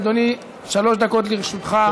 אדוני, שלוש דקות לרשותך.